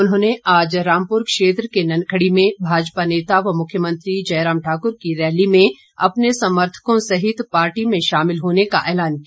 उन्होंने आज रामपुर क्षेत्र के ननखड़ी में भाजपा नेता व मुख्यमंत्री जयराम ठाकुर की रैली में अपने समर्थकों सहित पार्टी में शामिल होने का ऐलान किया